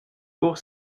pour